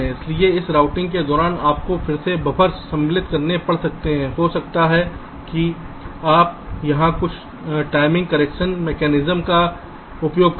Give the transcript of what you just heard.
इसलिए इस राउटिंग के दौरान आपको फिर से बफ़र्स सम्मिलित करने पड़ सकते हैं हो सकता है कि आप यहाँ कुछ टाइमिंग करेक्शन मैकेनिज़्म कर सकें